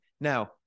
Now